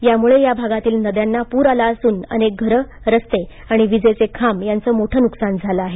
यामुळे या भागातील नद्यांना पूर आला असून अनेक घरं रस्ते आणि विजेचे खांब यांचं मोठं नुकसान झालं आहे